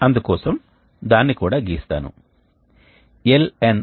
అప్పుడు ఉష్ణోగ్రత పెరుగుతుంది మరియు గాలి బయటకు వెళ్తుంది